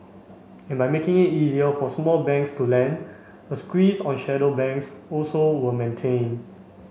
and by making it easier for small banks to lend a squeeze on shadow banks also were maintained